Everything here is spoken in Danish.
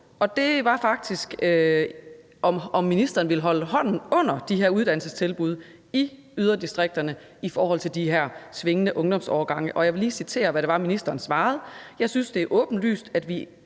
og det var, om ministeren ville holde hånden under de her uddannelsestilbud i yderdistrikterne forhold til de her svingende ungdomsårgange. Og jeg vil lige citere, hvad det var, ministeren svarede: Jeg synes, det er åbenlyst, at vi